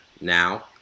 now